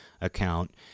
account